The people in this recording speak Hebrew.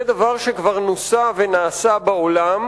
זה דבר שכבר נוסה ונעשה בעולם,